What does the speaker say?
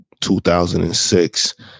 2006